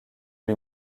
lui